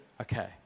Okay